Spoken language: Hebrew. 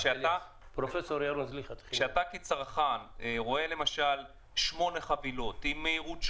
אבל כאשר אתה כצרכן רואה למשל שמונה חבילות עם מהירות שונה,